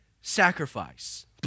sacrifice